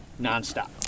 nonstop